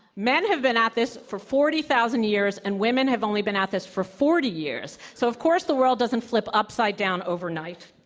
men have been at this for forty thousand years and women have only been at this for forty years, so of course the world doesn't flip upside-down overnight.